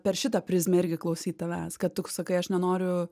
per šitą prizmę irgi klausyt tavęs kad tu sakai aš nenoriu